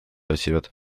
otsivad